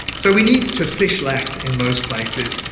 so we need to fish less in most places,